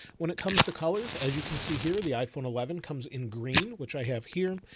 when it comes to colors, as you can see here, the iphone eleven comes in green, which i have here.